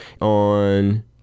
On